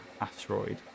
asteroid